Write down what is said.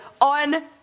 on